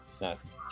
Nice